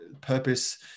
purpose